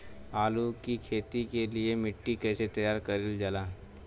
आलू की खेती के लिए मिट्टी कैसे तैयार करें जाला?